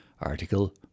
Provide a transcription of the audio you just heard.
Article